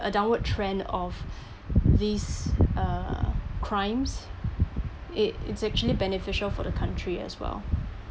a downward trend of these uh crimes it it's actually beneficial for the country as well